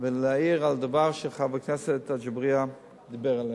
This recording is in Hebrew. ולהעיר על דבר שחבר הכנסת אגבאריה דיבר עליו.